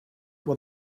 what